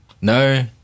No